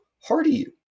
hardy